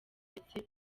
ndetse